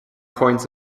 coins